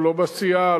לא בסיעה,